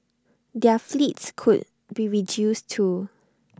their fleets could be reduced too